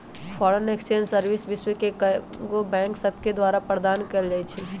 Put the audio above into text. foreign exchange service विश्व के कएगो बैंक सभके द्वारा प्रदान कएल जाइ छइ